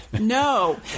No